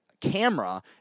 camera